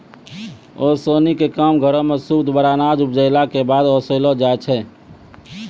ओसौनी क काम घरो म सूप द्वारा अनाज उपजाइला कॅ बाद ओसैलो जाय छै?